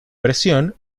presión